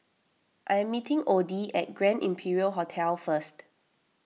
I am meeting Oddie at Grand Imperial Hotel first